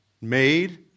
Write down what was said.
made